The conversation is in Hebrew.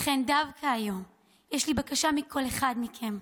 לכן דווקא היום יש לי בקשה מכל אחד מכם: